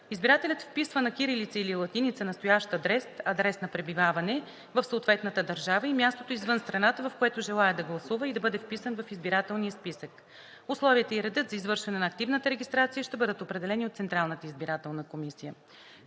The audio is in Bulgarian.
Избирателят вписва на кирилица или латиница настоящ адрес, адрес на пребиваване в съответната държава и мястото извън страната, в което желае да гласува и да бъде вписан в избирателния списък. Условията и редът за извършване на активната регистрация ще бъдат определени от Централната избирателна комисия.